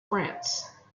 france